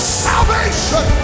salvation